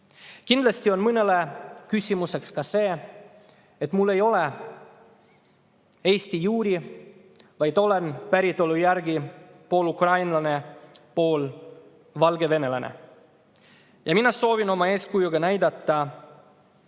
Kindlasti on mõnele küsimuseks ka see, et mul ei ole Eesti juuri, vaid olen päritolu järgi pooleldi ukrainlane ja pooleldi valgevenelane. Ma soovin oma eeskujuga näidata, et